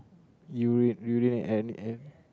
urine urinate everywhere